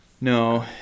No